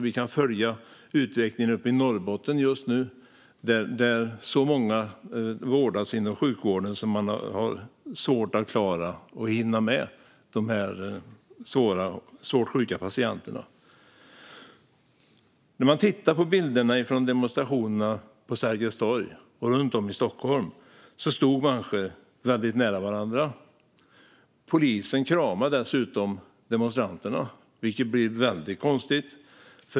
Vi kan följa utvecklingen uppe i Norrbotten just nu, där så många vårdas inom sjukvården att man har svårt att hinna med och klara av dessa svårt sjuka patienterna. När man tittar på bilderna från demonstrationerna på Sergels torg och runt om i Stockholm ser man att människor stod mycket nära varandra. Polisen kramade dessutom demonstranterna, vilket blir väldigt konstigt.